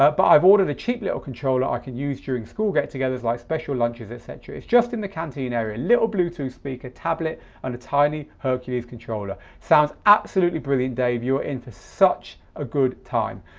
i've ordered a cheap little controller i can use during school get-togethers like special lunches, et cetera. it's just in the canteen area, little bluetooth speaker, tablet and a tiny hercules controller. sounds absolutely brilliant, dave. you're in for such a good time.